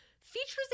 Features